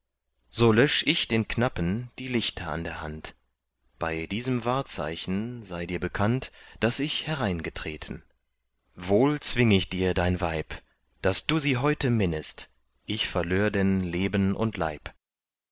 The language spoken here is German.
so lösch ich den knappen die lichter an der hand bei diesem wahrzeichen sei dir bekannt daß ich hereingetreten wohl zwing ich dir dein weib daß du sie heute minnest ich verlör denn leben und leib